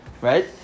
right